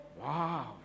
wow